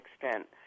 extent